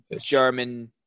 german